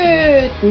Good